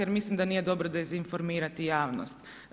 Jer mislim da nije dobro dezinformirati javnost.